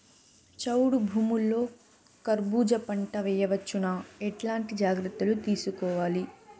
చౌడు భూముల్లో కర్బూజ పంట వేయవచ్చు నా? ఎట్లాంటి జాగ్రత్తలు తీసుకోవాలి?